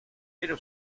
pero